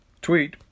tweet